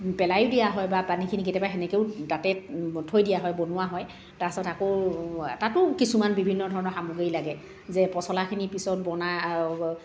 পেলাইয়ো দিয়া হয় বা পানীখিনি কেতিয়াবা সেনেকৈও তাতে থৈ দিয়া হয় বনোৱা হয় তাৰপিছত আকৌ তাতো কিছুমান বিভিন্ন ধৰণৰ সামগ্ৰী লাগে যে পচলাখিনি পিছত বনা